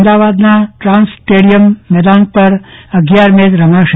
અમદાવાદના TransStadia મેદાન પર અગિયાર મેચ રમાશે